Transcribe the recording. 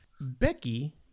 Becky